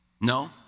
No